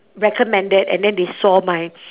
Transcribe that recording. recommended and then they saw my